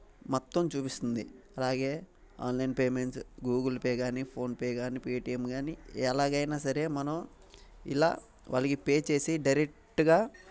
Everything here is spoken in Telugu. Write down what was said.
మొత్తం చూపిస్తుంది అలాగే ఆన్లైన్ పేమెంట్స్ గూగుల్ పే కానీ ఫోన్ పే కానీ పేటియం కానీ ఎలాగైనా సరే మనం ఇలా వాళ్ళకి పే చేసి డైరెక్ట్గా